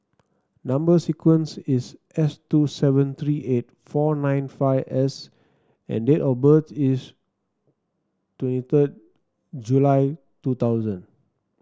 number sequence is S two seven three eight four nine five S and date of birth is twenty third July two thousand